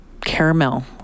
caramel